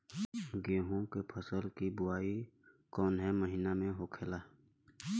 गेहूँ के फसल की बुवाई कौन हैं महीना में होखेला?